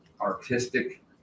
artistic